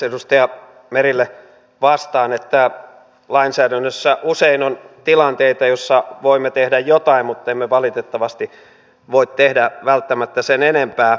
edustaja merelle vastaan että lainsäädännössä usein on tilanteita joissa voimme tehdä jotain mutta emme valitettavasti voi tehdä välttämättä sen enempää